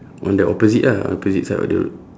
on the opposite ah opposite side of the road